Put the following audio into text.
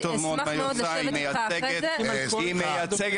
אני אשמח מאוד לשבת איתך אחרי זה --- אני יודע טוב מאוד מה היא עושה,